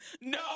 No